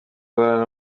barara